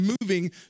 moving